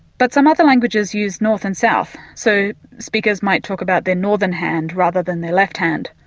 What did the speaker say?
but some other languages use north and south, so speakers might talk about their northern hand rather than their left hand.